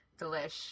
Delish